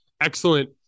excellent